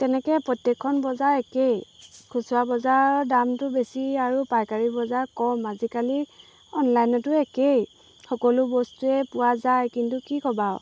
তেনেকৈ প্ৰত্যেকখন বজাৰ একেই খুচুৰা বজাৰৰ দামটো বেছি আৰু পাইকাৰী বজাৰ ক'ম আজিকালি অনলাইনতো একেই সকলো বস্তুৱে পোৱা যায় কিন্তু কি ক'বা